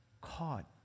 caught